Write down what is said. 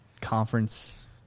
conference